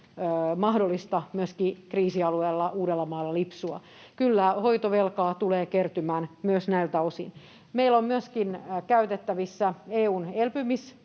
mahdollista myöskin kriisialueella Uudellamaalla lipsua. Kyllä hoitovelkaa tulee kertymään myös näiltä osin. Meillä on myöskin käytettävissä EU:n